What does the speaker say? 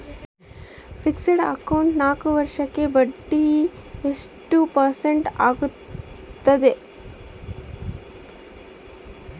Fixed account ನಾಲ್ಕು ವರ್ಷಕ್ಕ ಬಡ್ಡಿ ಎಷ್ಟು ಪರ್ಸೆಂಟ್ ಆಗ್ತದ?